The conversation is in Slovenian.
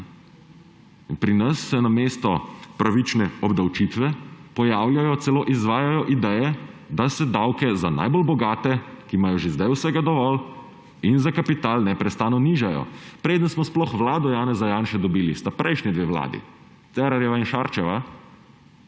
pri nas se namesto pravične obdavčitve pojavljajo, celo izvajajo ideje, da se davki za najbolj bogate, ki imajo že zdaj vsega dovolj, in za kapital neprestano nižajo. Preden smo sploh vlado Janeza Janše dobili, sta prejšnji dve vladi, Cerarjeva in Šarčeva,